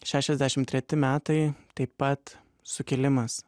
šešiasdešimt treti metai taip pat sukilimas